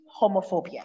homophobia